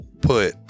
put